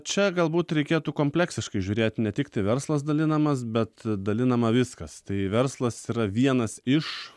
čia galbūt reikėtų kompleksiškai žiūrėt ne tiktai verslas dalinamas bet dalinama viskas tai verslas yra vienas iš